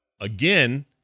again